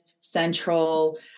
central